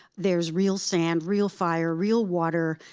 there's real sand, real fire, real water.